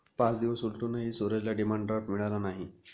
पाच दिवस उलटूनही सूरजला डिमांड ड्राफ्ट मिळाला नाही